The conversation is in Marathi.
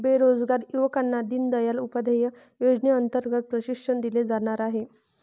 बेरोजगार युवकांना दीनदयाल उपाध्याय योजनेअंतर्गत प्रशिक्षण दिले जाणार आहे